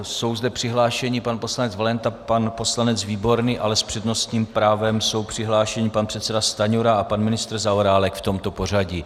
Jsou zde přihlášeni pan poslanec Valenta, pan poslanec Výborný, ale s přednostním právem jsou přihlášeni pan předseda Stanjura a pan ministr Zaorálek, v tomto pořadí.